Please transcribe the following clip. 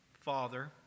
Father